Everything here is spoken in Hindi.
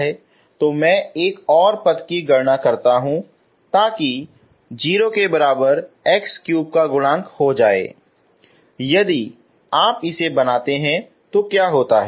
तो मैं एक और पद की गणना करता हूं ताकि 0 के बराबर x3 का गुणांक हो जाय यदि आप इसे बनाते हैं तो क्या होता है